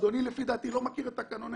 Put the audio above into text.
אדוני לפי דעתי לא מכיר את תקנוני